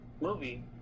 movie